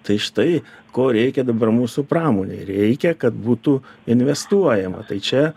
tai štai ko reikia dabar mūsų pramonei reikia kad būtų investuojama tai čia